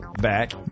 back